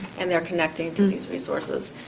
and they're connecting to these resources.